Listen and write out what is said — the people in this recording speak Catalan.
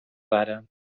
rara